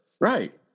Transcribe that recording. Right